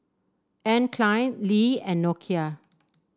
Anne Klein Lee and Nokia